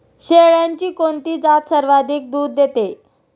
शेळ्यांची कोणती जात सर्वाधिक दूध देते?